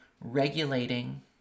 regulating